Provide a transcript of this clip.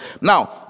Now